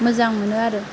मोजां मोनो आरो